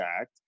Act